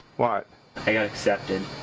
but i got accepted.